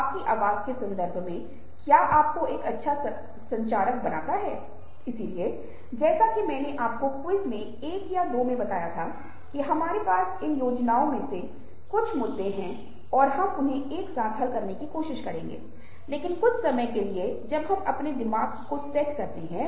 आप देखते हैं कि फिर से हम उस स्थिति में वापस आ जाते हैं जहाँ हमारा स्वयं को समझना दूसरों को समझने की दिशा में आगे बढ़ने का एक तरीका है जो कि आप के पहले की प्रस्तुतियों के बारे में से एक है